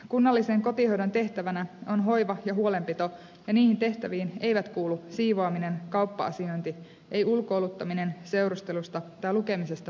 kunnallisen kotihoidon tehtävänä on hoiva ja huolenpito ja niihin tehtäviin eivät kuulu siivoaminen kauppa asiointi eikä ulkoiluttaminen seurustelusta tai lukemisesta puhumattakaan